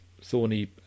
thorny